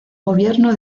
gobierno